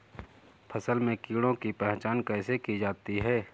फसल में कीड़ों की पहचान कैसे की जाती है?